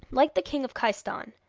like the king of khaistan,